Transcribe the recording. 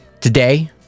today